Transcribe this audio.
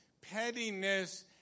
pettiness